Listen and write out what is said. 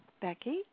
Becky